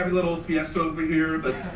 ah little fiesta over here, but